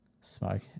smoke